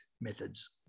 methods